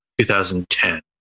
2010